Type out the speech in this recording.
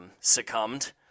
succumbed